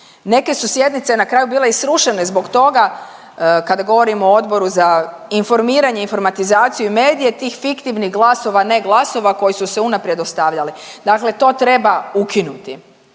neke su sjednice na kraju bile i srušene zbog toga kada govorimo o Odboru za informiranje i informatizaciju i medije tih fiktivnih glasova, ne glasova, koji su se unaprijed ostavljali, dakle to treba ukinuti